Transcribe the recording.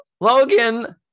logan